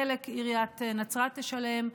חלק עיריית נצרת תשלם,